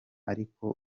ariko